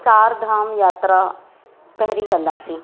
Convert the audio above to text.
चारि धाम यात्रा पहिरीं कंदासीं